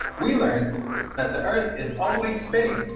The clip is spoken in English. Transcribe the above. we learned that the earth is always spinning.